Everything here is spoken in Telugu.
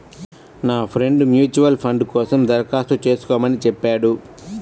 నా ఫ్రెండు మ్యూచువల్ ఫండ్ కోసం దరఖాస్తు చేస్కోమని చెప్పాడు